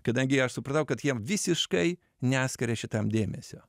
kadangi aš supratau kad jiem visiškai neskiria šitam dėmesio